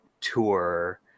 tour